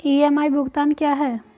EMI भुगतान क्या है?